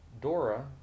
Dora